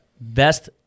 best